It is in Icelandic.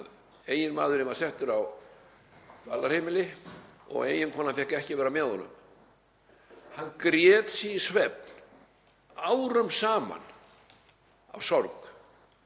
eiginmaðurinn var settur á dvalarheimili og eiginkonan fékk ekki að vera með honum. Hann grét sig í svefn árum saman af sorg.